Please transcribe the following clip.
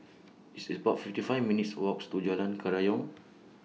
It's about fifty five minutes' Walks to Jalan Kerayong